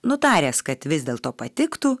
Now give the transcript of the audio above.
nutaręs kad vis dėlto patiktų